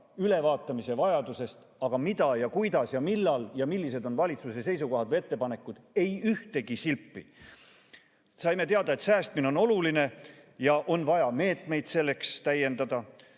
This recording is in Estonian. ülevaatamise vajadusest. Aga mida ja kuidas ja millal ja millised on valitsuse seisukohad või ettepanekud? Ei ühtegi silpi. Saime teada, et säästmine on oluline ja on vaja meetmeid selleks täiendada.